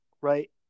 right